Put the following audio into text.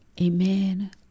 Amen